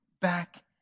back